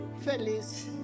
Feliz